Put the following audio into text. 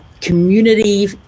community